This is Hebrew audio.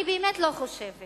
אני באמת לא חושבת